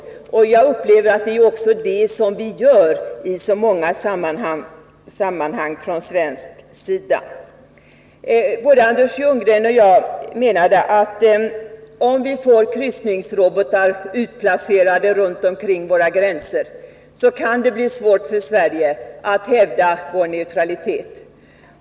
Det är också detta som vi från svensk sida gör i så många sammanhang. Både Anders Ljunggren och jag menade att om vi får kryssningsrobotar utplacerade runt omkring våra gränser, så kan det bli svårt för Sverige att hävda sin neutralitet.